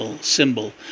symbol